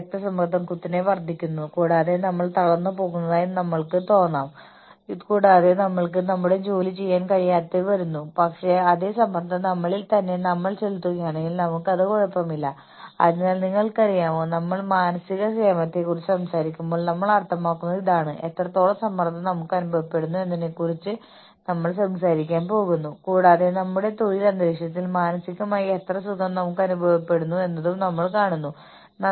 പ്രക്രിയകളുടെയും ഫലങ്ങളുടെയും ഉടമസ്ഥാവകാശം ആളുകൾക്ക് ഓർഗനൈസേഷനിൽ ഉയർന്ന ഓഹരിയുണ്ടെങ്കിൽ അവർ പ്രക്രിയകൾ സ്വന്തമാക്കാൻ സാധ്യതയുണ്ട് അവർ ഏറ്റെടുക്കുന്ന പ്രവർത്തനങ്ങളുടെ ഉത്തരവാദിത്തം ഏറ്റെടുക്കാൻ സാധ്യതയുള്ള ഈ പ്രക്രിയകളുമായി ഒരു ബന്ധം അനുഭവപ്പെടുന്നതായി അവർക്ക് തോന്നിയേക്കാം